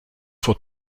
for